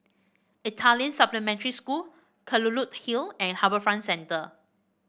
Italian Supplementary School Kelulut Hill and HarbourFront Centre